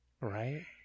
Right